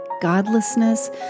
godlessness